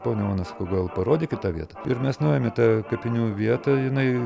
ponia ona sakau gal parodykit tą vietą ir mes nuėjom į tą kapinių vietą jinai